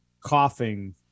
coughing